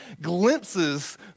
glimpses